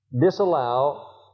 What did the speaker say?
disallow